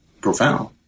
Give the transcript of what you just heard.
profound